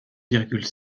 virgule